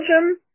Belgium